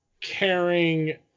caring